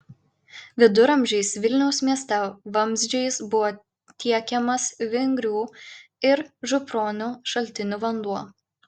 viduramžiais vilniaus mieste vamzdžiais buvo tiekiamas vingrių ir župronių šaltinių vanduo